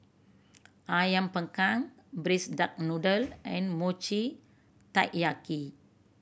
Ayam Panggang braise duck noodle and Mochi Taiyaki